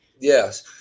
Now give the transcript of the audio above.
Yes